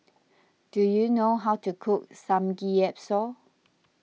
do you know how to cook Samgyeopsal